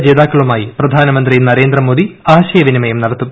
പുരസ്കരജേതാക്കളുമായി പ്രധാനമന്ത്രി നരേന്ദ്രമോദി ആശയവിനിമയം നടത്തും